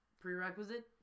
prerequisite